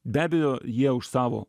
be abejo jie už savo